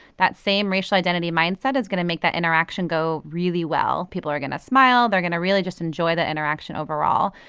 that same racial identity mindset is going to make that interaction go really well. people are going to smile. they're going to really just enjoy the interaction overall.